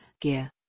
gear